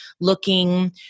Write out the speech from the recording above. looking